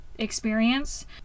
Experience